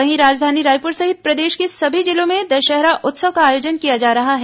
वहीं राजधानी रायपुर सहित प्रदेश के सभी जिलों में दशहरा उत्सव का आयोजन किया जा रहा है